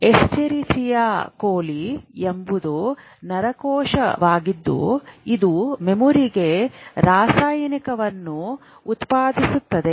Escherichia coli ಎಂಬುದು ನರಕೋಶವಾಗಿದ್ದು ಇದು ಮೆಮೊರಿಗೆ ರಾಸಾಯನಿಕವನ್ನು ಉತ್ಪಾದಿಸುತ್ತದೆ